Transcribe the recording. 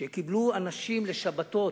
שקיבלו אנשים לשבתות.